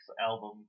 album